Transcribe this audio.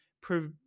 prove